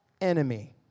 enemy